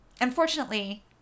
Unfortunately